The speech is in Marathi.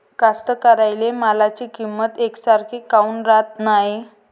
कास्तकाराइच्या मालाची किंमत यकसारखी काऊन राहत नाई?